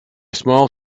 small